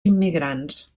immigrants